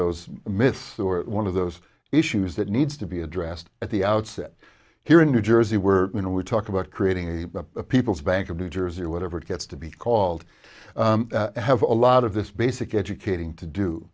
or one of those issues that needs to be addressed at the outset here in new jersey were when we talk about creating a the people's bank of new jersey or whatever it gets to be called have a lot of this basic educating to do